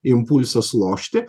impulsas lošti